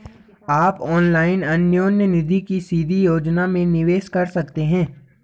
आप ऑनलाइन अन्योन्य निधि की सीधी योजना में निवेश कर सकते हैं